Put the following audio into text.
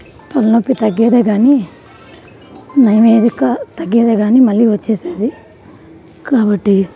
తలనొప్పి తగ్గేదే కానీ నయం అయ్యేది గా తగ్గేదే కానీ మళ్ళీ వచ్చేసేది కాబట్టి